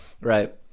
right